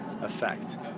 effect